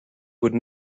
would